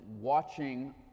watching